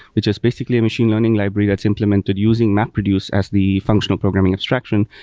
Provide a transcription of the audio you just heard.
which his basically a machine learning library that's implemented using mapreduce as the functional programming abstraction.